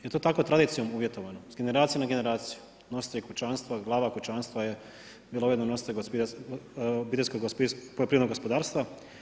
Jer je to tako tradicijom uvjetovano, s generacije na generaciju, nositelj kućanstva, glava kućanstva je bila ujedno i nositelj obiteljskog poljoprivrednog gospodarstva.